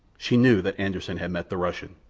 she knew that anderssen had met the russian.